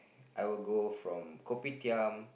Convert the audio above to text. I will go from kopitiam